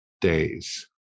days